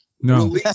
No